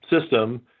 system